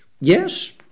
Yes